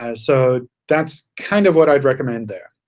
ah so that's kind of what i'd recommend there.